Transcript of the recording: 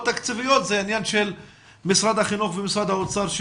תקציביות הן עניין של משרד החינוך ומשרד האוצר,